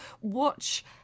Watch